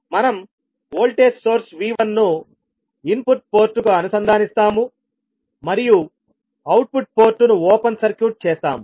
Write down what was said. మనం voltage source V1 ను input పోర్టుకు అనుసంధానిస్తాము మరియు అవుట్పుట్ పోర్టును ఓపెన్ సర్క్యూట్ చేస్తాము